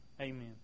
Amen